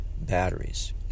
batteries